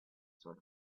sort